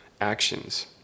actions